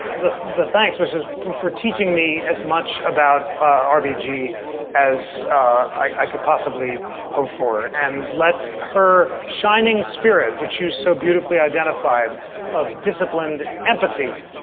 the the thanks wishes for teaching me as much about r b g as i could possibly hope for and left her shining spirit, which is so beautifully identified of disciplined empathy,